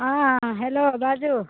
हँ हेलो बाजू